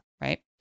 Right